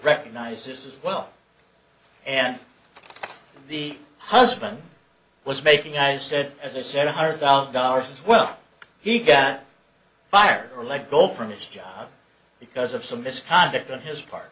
recognizes as well and the husband was making i said as are several hundred thousand dollars as well he got fired or let go from his job because of some misconduct on his part